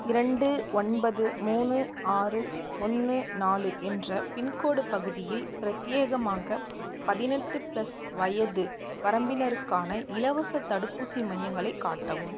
இரண்டு ஒன்பது மூணு ஆறு ஒன்று நாலு என்ற பின்கோடு பகுதியில் பிரத்தியேகமாக பதினெட்டு ப்ளஸ் வயது வரம்பினருக்கான இலவசத் தடுப்பூசி மையங்களை காட்டவும்